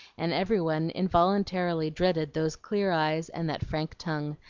and every one involuntarily dreaded those clear eyes and that frank tongue,